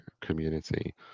community